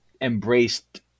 embraced